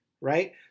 right